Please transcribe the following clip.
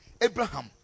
Abraham